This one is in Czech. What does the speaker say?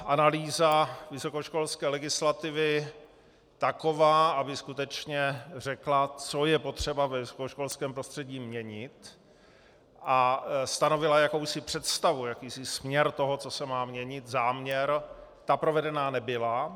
Analýza vysokoškolské legislativy taková, aby skutečně řekla, co je potřeba ve vysokoškolském prostředí měnit, a stanovila jakousi představu, jakýsi směr toho, co se má měnit, záměr, ta provedena nebyla.